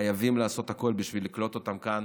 חייבים לעשות הכול בשביל לקלוט אותם כאן